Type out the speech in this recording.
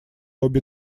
обе